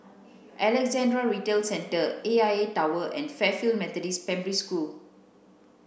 Alexandra Retail Centre A I A Tower and Fairfield Methodist School